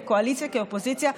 וקואליציה כאופוזיציה,